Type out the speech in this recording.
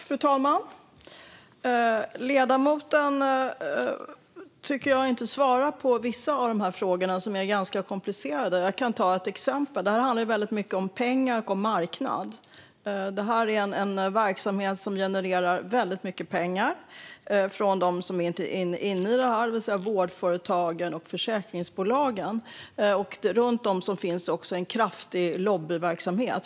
Fru talman! Jag tycker inte att ledamoten svarar på vissa av de ganska komplicerade frågorna. Låt mig ge ett exempel. Det här handlar mycket om pengar och marknad. Det är en verksamhet som genererar väldigt mycket pengar från dem som är inne i det hela, det vill säga vårdföretagen och försäkringsbolagen. Runt om finns också en kraftig lobbyverksamhet.